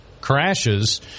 crashes